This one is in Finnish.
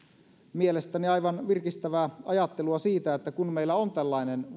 mielestäni aivan virkistävää ajattelua siitä että kun meillä on tällainen